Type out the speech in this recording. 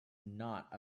not